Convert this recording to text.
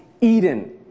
Eden